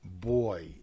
boy